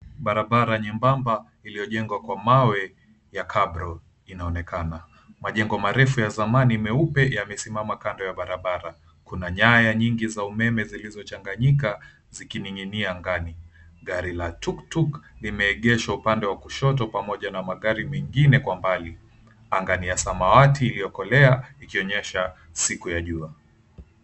Barabara nyembamba iliyojengwa kwa mawe ya kaburo inaonekana, majengo ya zamani nyeupe yamesimama kando ya barabara. Kuna nyaya nyingi za umeme zilizochanganyika zikiniginia angani. Gari la tukutuku limeegeshwa upande wa kushoto pamoja na magari mengine kwa bali, angani ya samawati iliokolea ikionyesha siku ya jua.